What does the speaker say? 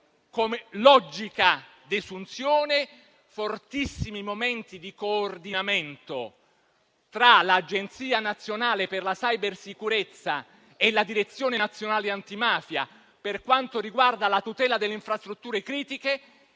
come logica desunzione, fortissimi momenti di coordinamento tra l'Agenzia nazionale per la cybersicurezza e la Direzione nazionale antimafia per quanto riguarda la tutela delle infrastrutture critiche,